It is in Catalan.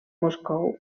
moscou